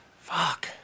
fuck